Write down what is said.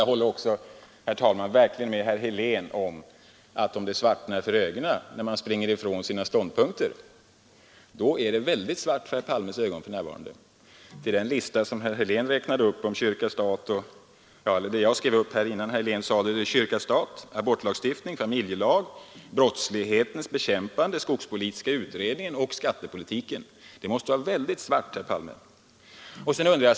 Jag håller verkligen med herr Helén om att om det svartnar för ögonen när man springer ifrån sina ståndpunkter, då är det väldigt svart för herr Palmes ögon för närvarande. Jag skrev ner följande innan herr Helén gjorde sin uppräkning: kyrka—stat, abortlagstiftningen, familjelagstiftningen, brottslighetens bekämpande, skogspolitiska utredningen och skattepolitiken. Det måste vara väldigt svart, herr Palme.